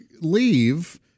leave